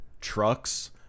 Trucks